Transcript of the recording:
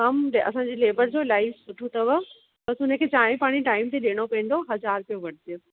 कमु असांजी लेबर जो इलाही सुठो अथव बसि उन खे चांहि पाणी टाइम ते ॾियणो पवंदो हज़ार रुपया वठंदो